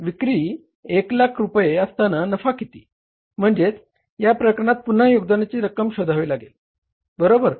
विक्री 100000 रुपये असताना नफा किती म्हणजे या प्रकरणात पुन्हा योगदानाची रक्कम शोधावी लागेल बरोबर